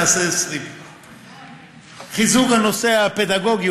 נעשה 20. חיזוק הנושא הפדגוגי,